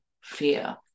fear